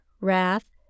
wrath